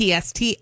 PST